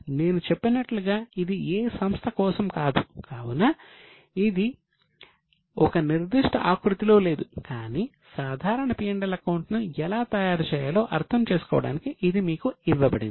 నేను చెప్పినట్లుగా ఇది ఏ సంస్థ కోసం కాదు కావున ఇది ఒక నిర్దిష్ట ఆకృతిలో లేదు కానీ సాధారణ P L అకౌంట్ ను ఎలా తయారు చేయాలో అర్థం చేసుకోవడానికి ఇది మీకు ఇవ్వబడింది